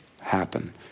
happen